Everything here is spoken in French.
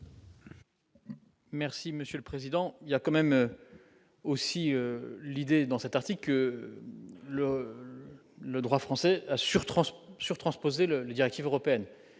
Merci monsieur le président, il y a quand même aussi l'idée dans cet article. Le droit français assure sur transposer le les directives européennes,